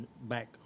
back